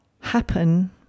Happen